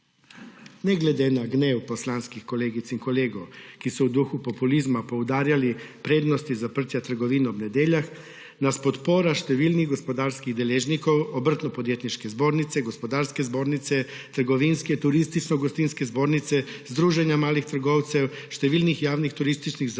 Ne glede na gnev poslanskih kolegic in kolegov, ki so v duhu populizma poudarjali prednosti zaprtja trgovin ob nedeljah, nas podpora številnih gospodarskih deležnikov, Obrtno-podjetniške zbornice, Gospodarske zbornice, Trgovinske zbornice, Turistično gostinske zbornice, Združenja malih trgovcev, številnih javnih turističnih zavodov